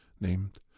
named